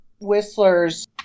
Whistler's